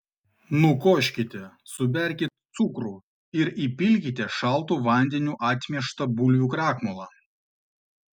nukoškite suberkit cukrų ir įpilkite šaltu vandeniu atmieštą bulvių krakmolą